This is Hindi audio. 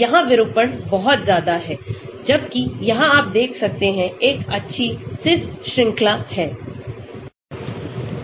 यहां विरूपण बहुत ज्यादा है जबकि यहां आप देख सकते हैं एक अच्छी सीस श्रृंखला हैं